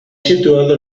situado